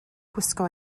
gwisgo